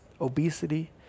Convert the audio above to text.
obesity